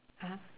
(uh huh)